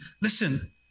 listen